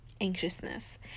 anxiousness